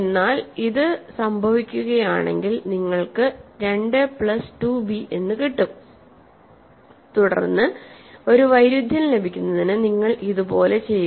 എന്നാൽ ഇത് സംഭവിക്കുകയാണെങ്കിൽ നിങ്ങൾക്ക് 2 പ്ലസ് 2 ബി കിട്ടും തുടർന്ന് ഒരു വൈരുദ്ധ്യം ലഭിക്കുന്നതിന് നിങ്ങൾ ഇതുപോലെ ചെയ്യുക